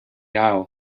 aisle